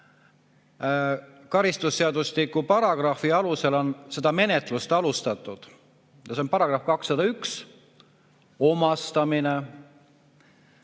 karistusseadustiku paragrahvi alusel on seda menetlust alustatud. See on § 201, omastamine.